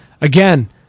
again